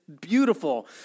beautiful